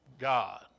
God